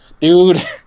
Dude